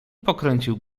pokręcił